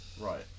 Right